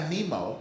Nemo